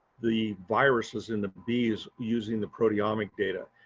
the viruses in the bees using the proteomic data.